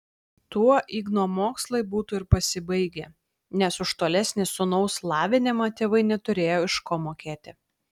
tuo igno mokslai būtų ir pasibaigę nes už tolesnį sūnaus lavinimą tėvai neturėjo iš ko mokėti